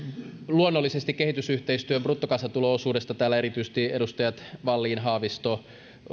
luonnollisesti kehitysyhteistyön bruttokansantulo osuudesta täällä erityisesti edustajat wallin haavisto